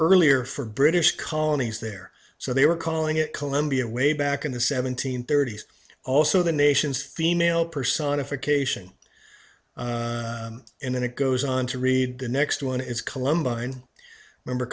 earlier for british colonies there so they were calling it columbia way back in the seventeenth thirties also the nation's female personification and then it goes on to read the next one is colombine member